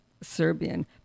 Serbian